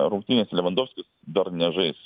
rungtynėse levandovskis dar nežais